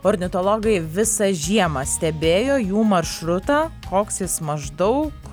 ornitologai visą žiemą stebėjo jų maršrutą koks jis maždaug